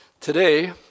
Today